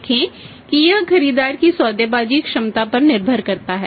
देखें कि यह खरीदार की सौदेबाजी क्षमता पर भी निर्भर करता है